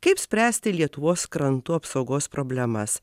kaip spręsti lietuvos krantų apsaugos problemas